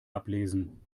ablesen